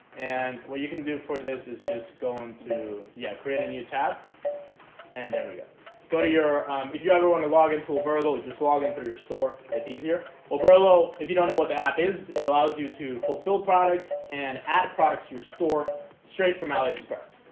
and what you can do for this is just go into ya create a new tab and there we go. go to your if you ever want to log into a burrow, just log in through your store it's easier over ah low. if you don't know what the app is it allows you to fulfill products and add products your store straight from aliexpress.